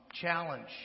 challenge